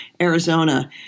Arizona –